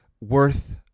worth